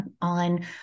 on